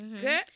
Okay